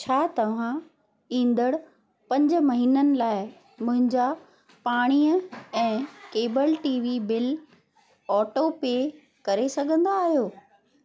छा तव्हां ईंदड़ पंज महीननि लाइ मुंहिंजा पाणीअ ऐं केबल टीवी बिल ऑटोपे करे सघंदा आहियो